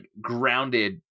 grounded